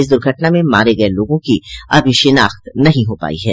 इस दुर्घटना में मारे गये लोगों की अभी शिनाख्त नहीं हो पाई है